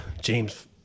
James